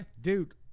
dude